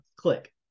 Click